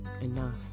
enough